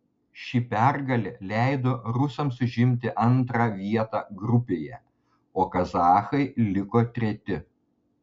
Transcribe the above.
ši pergalė leido rusams užimti antrą vietą grupėje o kazachai liko treti